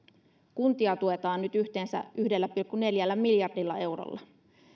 kuntia tuetaan nyt yhteensä yhdellä pilkku neljällä miljardilla eurolla